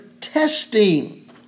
testing